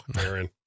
Aaron